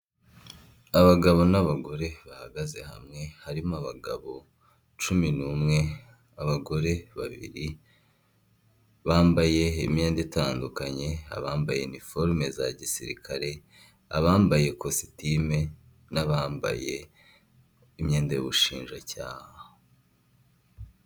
Abagabo n'abagore bahagaze hamwe harimo abagabo cumi n'umwe abagore babiri bambaye imyenda itandukanye bambaye iniforume za gisirikare abambaye ikositimu n'abambaye imyenda y'ubushinjacyaha .